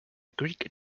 greek